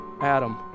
Adam